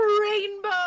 rainbow